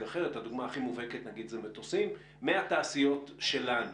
אחרת הדוגמה הכי מובהקת היא מטוסים מהתעשיות שלנו.